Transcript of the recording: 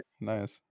nice